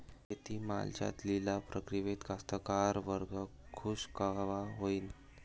शेती मालाच्या लिलाव प्रक्रियेत कास्तकार वर्ग खूष कवा होईन?